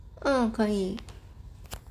orh 可以